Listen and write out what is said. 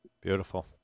Beautiful